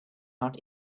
out